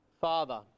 Father